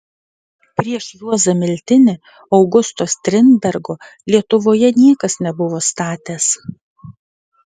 prieš juozą miltinį augusto strindbergo lietuvoje niekas nebuvo statęs